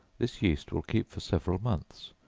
this yeast will keep for several months,